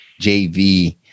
JV